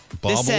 Bobble